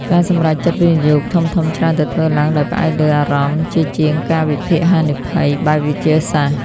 ការសម្រេចចិត្តវិនិយោគធំៗច្រើនតែធ្វើឡើងដោយផ្អែកលើ "អារម្មណ៍" ជាជាងការវិភាគហានិភ័យបែបវិទ្យាសាស្ត្រ។